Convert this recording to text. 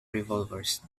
revolvers